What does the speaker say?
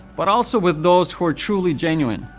but also with those who are truly genuine.